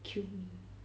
kill me